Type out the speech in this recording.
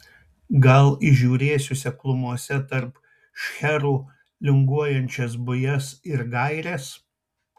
gal įžiūrėsiu seklumose tarp šcherų linguojančias bujas ir gaires